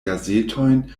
gazetojn